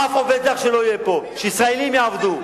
אף עובד זר שלא יהיה פה, שישראלים יעבדו.